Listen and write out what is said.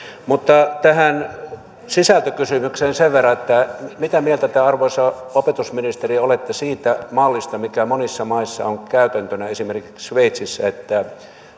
tähän sisältökysymykseen sen verran että mitä mieltä te arvoisa opetusministeri olette siitä mallista mikä monissa maissa on käytäntönä esimerkiksi sveitsissä että